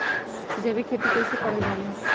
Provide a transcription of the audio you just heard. जैविक खेती कई से करल जाले?